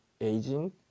aging